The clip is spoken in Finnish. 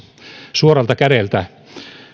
suoralta kädeltä